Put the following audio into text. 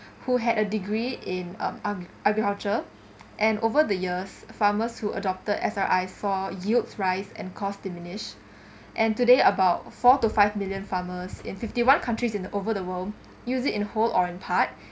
who had a degree in um agriculture and over the years farmers who adopted S_R_I saw yields rise and cost diminished and today about four to five million farmers in fifty one countries in the over the world use it in whole or in part